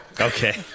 Okay